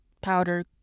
powder